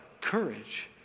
Courage